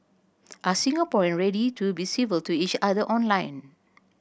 are Singaporean ready to be civil to each other online